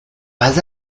pas